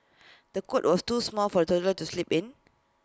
the cot was too small for the toddler to sleep in